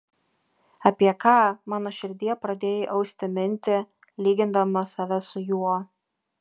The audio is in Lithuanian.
apie ką mano širdie pradėjai austi mintį lygindama save su juo